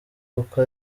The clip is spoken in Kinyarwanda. uko